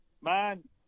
man